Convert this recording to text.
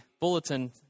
Bulletin